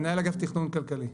מנהל אגף תכנון כלכלי.